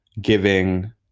giving